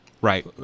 right